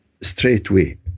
straightway